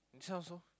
this one also